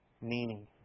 meaning